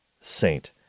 saint